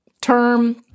term